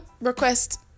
request